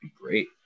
Great